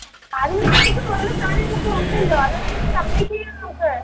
അതിന് നിങ്ങൾക്ക് വേണ്ട സാധനങ്ങളൊക്കെ ഉണ്ടല്ലോ അതൊക്കെ ഒന്ന് കംപ്ലീറ്റ് ചെയ്യാൻ നോക്ക്